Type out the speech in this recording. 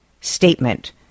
statement